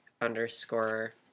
underscore